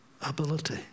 ability